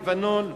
לבנון,